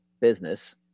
business